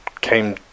came